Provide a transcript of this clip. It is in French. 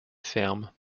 ferme